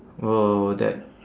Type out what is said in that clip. oh that